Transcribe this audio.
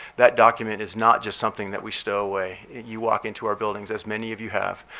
that document is not just something that we stow away. you walk into our buildings, as many of you have,